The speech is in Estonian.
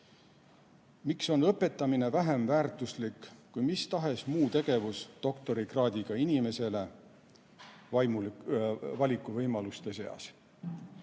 miks on õpetamine vähem väärtuslik kui mis tahes muu tegevus doktorikraadiga inimesele valikuvõimaluste seas.